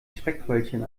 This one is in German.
speckröllchen